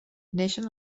neixen